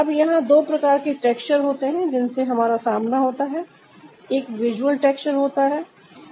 अब यहां दो प्रकार के टेक्सचर होते हैं जिनसे हमारा सामना होता है एक विजुअल टेक्सचर होता है